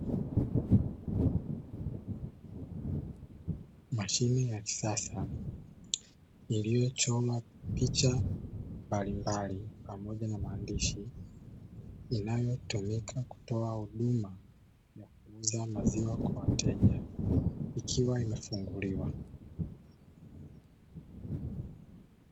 Mashine ya kisasa iliyochorwa picha mbalimbali pamoja na maandishi, inayotumika kutoa huduma ya kuuza maziwa kwa wateja ikiwa imefunguliwa.